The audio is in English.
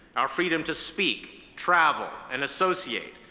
our freedom to speak, travel, and associate,